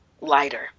lighter